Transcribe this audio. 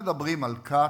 מדברים על כת.